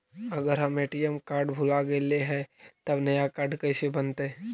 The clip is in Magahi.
अगर हमर ए.टी.एम कार्ड भुला गैलै हे तब नया काड कइसे बनतै?